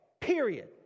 period